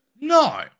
No